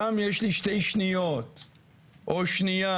שם יש לי שתי שניות או שנייה.